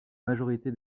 majorité